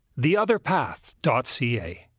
theotherpath.ca